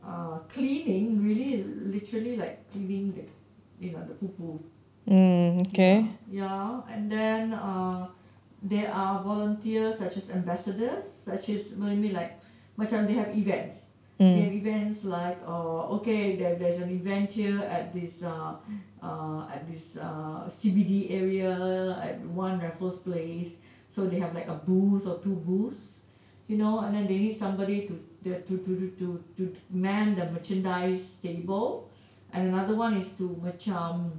err cleaning really literally like cleaning the you know the poo poo ya ya and then uh there are volunteers such as ambassadors such as what I mean like macam they have events they have events like okay then there is an event here at this uh uh at this uh C_B_D area at one raffles place so they have like a booth or two booths you know and then they need somebody to to to to to man the merchandise table and another one is to macam